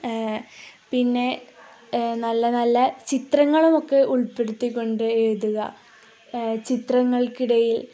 പിന്നെ നല്ല നല്ല ചിത്രങ്ങളുമൊക്കെ ഉൾപ്പെടുത്തിക്കൊണ്ട് എഴുതുക ചിത്രങ്ങൾക്കിടയിൽ